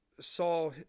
saw